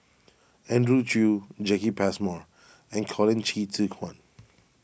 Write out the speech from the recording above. Andrew Chew Jacki Passmore and Colin Qi Zhe Quan